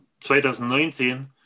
2019